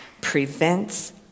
prevents